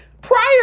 prior